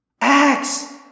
Axe